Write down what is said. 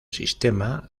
sistema